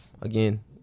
again